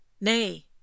Nay